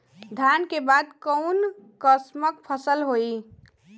धान के बाद कऊन कसमक फसल होई?